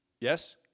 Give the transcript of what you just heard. Yes